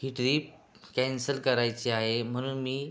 ही trip cancel करायची आहे म्हणून मी